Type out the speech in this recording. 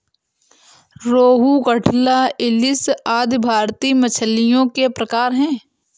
रोहू, कटला, इलिस आदि भारतीय मछलियों के प्रकार है